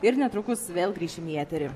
ir netrukus vėl grįšim į eterį